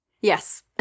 Yes